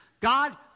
God